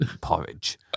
porridge